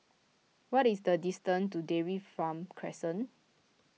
what is the distance to Dairy Farm Crescent